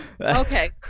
Okay